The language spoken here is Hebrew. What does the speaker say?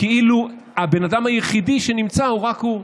כאילו הבן אדם היחידי שנמצא הוא רק הוא.